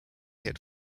hit